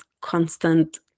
constant